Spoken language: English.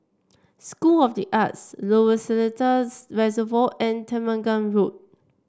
school of the Arts Lower Seletar Reservoir and Temenggong Road